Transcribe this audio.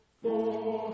four